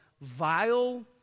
vile